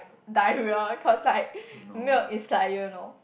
diarrhoea cause like milk is like you know